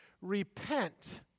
Repent